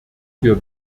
wir